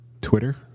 Twitter